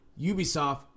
Ubisoft